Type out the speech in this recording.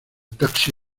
taxi